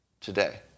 Today